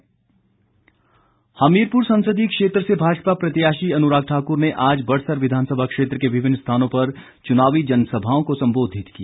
अनुराग हमीरपुर संसदीय क्षेत्र से भाजपा प्रत्याशी अनुराग ठाकुर ने आज बड़सर विधानसभा क्षेत्र के विभिन्न स्थानों पर चुनावी जनसभाओं को संबोधित किया